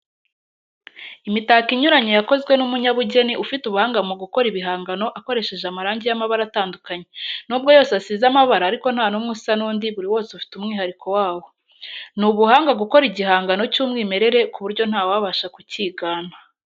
Imitako inyuranye yakozwe n'umunyabugeni ufite ubuhanga mu gukora ibihangano akoresheje amarangi y'amabara atandukanye, nubwo yose isize amabara ariko nta numwe usa n'undi buri wose ufite umwihariko wawo. Ni ubuhanga gukora igihangano cy'umwimerere ku buryo ntawabasha kukigana.